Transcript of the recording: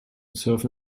surfen